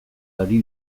ari